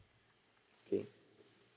okay